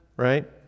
right